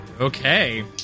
Okay